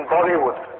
Bollywood